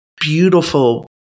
beautiful